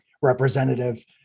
representative